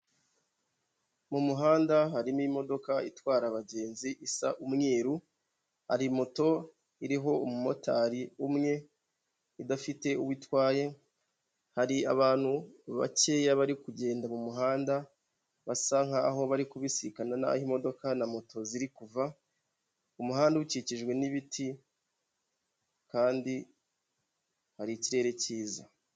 Mu muhanda harimo imodoka itwara abagenzi isa umweru, hari moto iriho umumotari umwe idafite uwo itwaye, hari abantu bakeya bari kugenda mu muhanda basa nkaho bari kubisikana naho imodoka na moto ziri kuva ,umuhanda ukikijwe n'ibiti kandi hari ikirere cyiza.